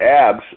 abs